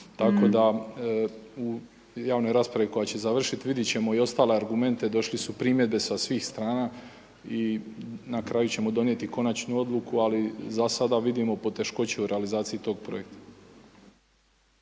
tako da u javnoj raspravi koja će završiti vidjet ćemo i ostale argumente. Došle su primjedbe sa svih strana i na kraju ćemo donijeti konačnu odluku, ali za sada vidimo poteškoće u realizaciji tog projekta.